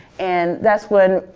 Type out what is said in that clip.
and that's when,